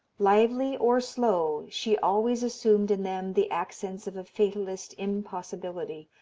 lively or slow she always assumed in them the accents of a fatalist impossibility,